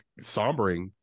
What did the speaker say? sombering